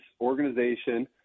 organization